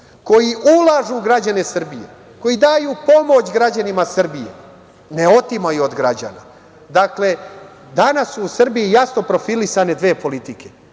koji ulažu u građane Srbije, koji daju pomoć građanima Srbije, ne otimaju od građana. Dakle, danas su u Srbiji jasno profilisane dve politike.